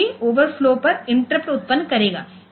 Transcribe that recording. यह भी ओवरफ्लो पर इंटरप्ट उत्पन्न करेगा